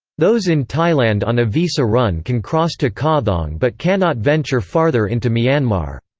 those in thailand on a visa run can cross to kawthaung but cannot venture farther into myanmar.